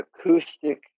acoustic